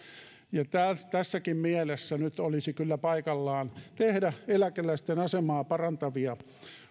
ja tässäkin mielessä nyt olisi kyllä paikallaan tehdä eläkeläisten asemaa parantavia